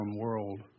world